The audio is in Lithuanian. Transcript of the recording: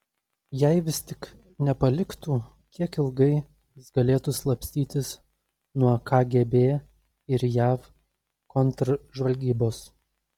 jei vis tik nepaliktų kiek ilgai jis galėtų slapstytis nuo kgb ir jav kontržvalgybos